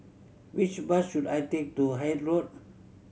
which bus should I take to Hythe Road